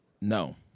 No